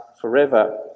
forever